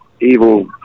evil